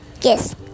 Yes